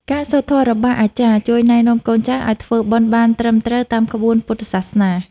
ការសូត្រធម៌របស់អាចារ្យ ជួយណែនាំកូនចៅឱ្យធ្វើបុណ្យបានត្រឹមត្រូវតាមក្បួនពុទ្ធសាសនា។